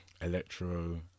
electro